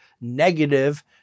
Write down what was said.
negative